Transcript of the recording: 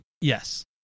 yes